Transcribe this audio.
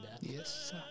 Yes